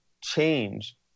change